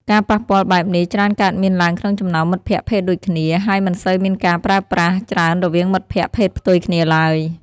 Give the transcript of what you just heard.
ការប៉ះពាល់បែបនេះច្រើនកើតមានឡើងក្នុងចំណោមមិត្តភក្តិភេទដូចគ្នា ហើយមិនសូវមានការប្រើប្រាស់ច្រើនរវាងមិត្តភក្តិភេទផ្ទុយគ្នាឡើយ។